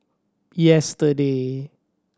yesterday